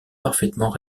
parfaitement